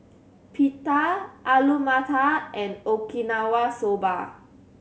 Pita Alu Matar and Okinawa Soba